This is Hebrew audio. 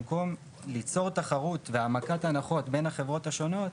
במקום ליצור תחרות והעמקת הנחות בין החברות השונות